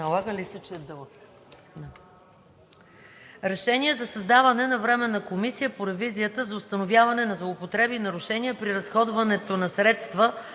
Налага ли се, че е дълъг?